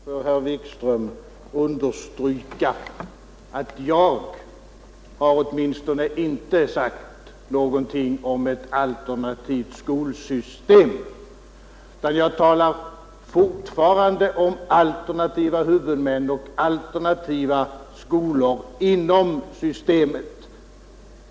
Herr talman! Jag vill än en gång för herr Wikström understryka, att i varje fall jag inte sagt något om ett alternativt skolsystem utan jag talar fortfarande om alternativa huvudmän och alternativa skolor inom systemet.